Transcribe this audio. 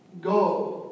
Go